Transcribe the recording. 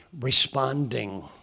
responding